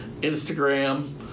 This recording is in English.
Instagram